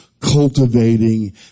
cultivating